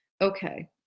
Okay